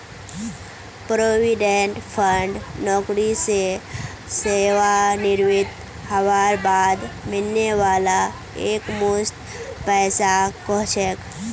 provident fund नौकरी स सेवानृवित हबार बाद मिलने वाला एकमुश्त पैसाक कह छेक